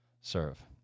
serve